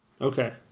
Okay